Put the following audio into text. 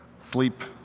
sleep,